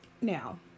Now